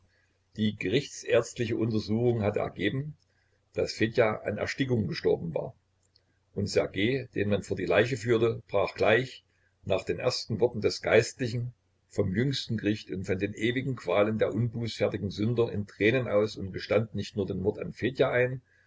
die gerichtsärztliche untersuchung hatte ergeben daß fedja an erstickung gestorben war und ssergej den man vor die leiche führte brach gleich nach den ersten worten des geistlichen vom jüngsten gericht und von den ewigen qualen der unbußfertigen sünder in tränen aus und gestand nicht nur den mord an fedja ein